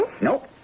Nope